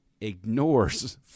ignores